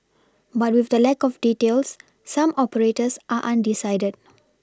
but with the lack of details some operators are undecided